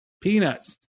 Peanuts